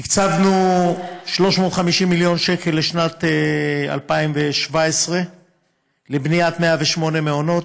הקצבנו 350 מיליון שקל לשנת 2017 לבניית 108 מעונות.